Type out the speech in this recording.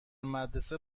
مدرسه